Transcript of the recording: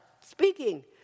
speaking